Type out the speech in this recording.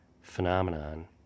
phenomenon